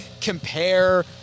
compare